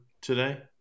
today